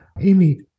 Amy